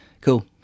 Cool